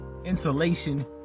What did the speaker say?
insulation